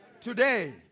Today